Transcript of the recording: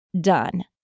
done